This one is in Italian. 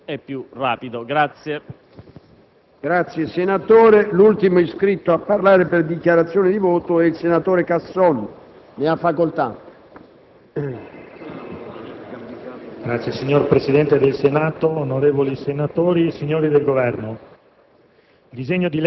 per il passaggio dalle fonti di approvvigionamento a quelle fonti di produzione della materia prima illecita, alla fonte di realizzazione del reato, dovremo pensare ad un sistema molto più snello e più rapido.